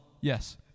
Yes